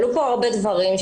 עלו פה הרבה דברים,